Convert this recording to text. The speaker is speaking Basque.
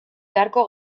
beharko